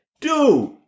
dude